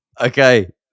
okay